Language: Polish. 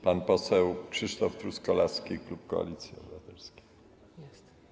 Pan poseł Krzysztof Truskolaski, klub Koalicji Obywatelskiej.